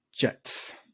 Jets